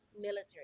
Military